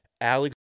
Alex